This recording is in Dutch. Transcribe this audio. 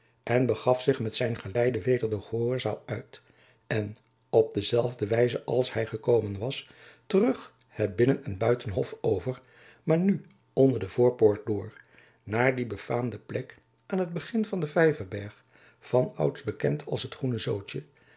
en begaf zich met zijn geleide weder de gehoorzaal uit en op dezelfde wijze als hy gekomen was terug het binnen en buitenhof over maar nu onder de voorpoort door naar die befaamde plek aan het begin van den vijverberg van ouds bekend als het groene zoodtjen